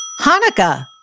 Hanukkah